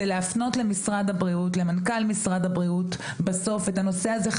היא להפנות למנכ"ל משרד הבריאות חזרה את הנושא הזה